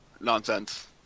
nonsense